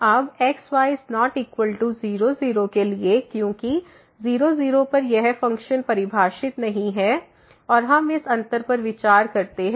अब x y≠00 के लिए क्योंकि 0 0 पर यह फ़ंक्शन परिभाषित नहीं है और हम इस अंतर पर विचार करते हैं